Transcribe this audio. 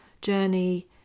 journey